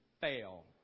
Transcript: fail